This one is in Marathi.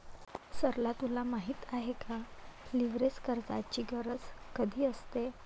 सरला तुला माहित आहे का, लीव्हरेज कर्जाची गरज कधी असते?